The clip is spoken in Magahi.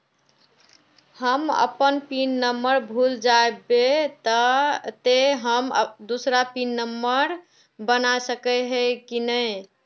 हम अपन पिन नंबर भूल जयबे ते हम दूसरा पिन नंबर बना सके है नय?